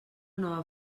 nova